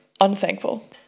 unthankful